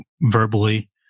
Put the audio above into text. verbally